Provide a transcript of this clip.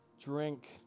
Drink